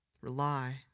Rely